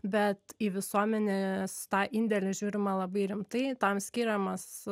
bet į visuomenės tą indėlį žiūrima labai rimtai tam skiriamas